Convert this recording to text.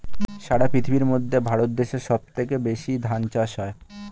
সারা পৃথিবীর মধ্যে ভারত দেশে সব থেকে বেশি ধান চাষ হয়